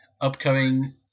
upcoming